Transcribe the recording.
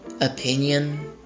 opinion